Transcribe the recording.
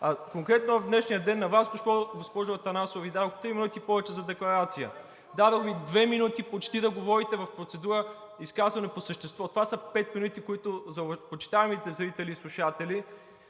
А конкретно в днешния ден на Вас, госпожо Атанасова, Ви дадох три минути повече за декларация, дадох Ви две минути почти да говорите в процедура изказване по същество. Това са пет минути! За почитаемите зрители и слушатели,